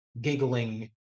giggling